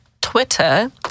Twitter